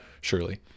surely